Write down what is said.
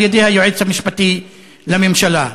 על-ידי היועץ המשפטי לממשלה.